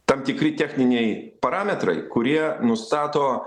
tam tikri techniniai parametrai kurie nustato